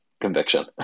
conviction